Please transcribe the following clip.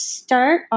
start